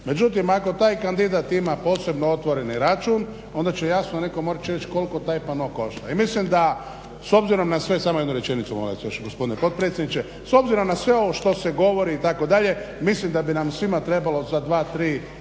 Međutim, ako taj kandidat ima posebno otvoreni račun onda će jasno nekom morat reći koliko taj pano košta. I mislim da, s obzirom na sve, samo jednu rečenicu molim vas još gospodine potpredsjedniče, s obzirom na sve ovo što se govori itd. mislim da bi nam svima trebalo za 2, 3 izborna